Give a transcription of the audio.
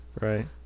Right